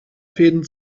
fäden